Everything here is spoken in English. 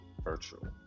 virtual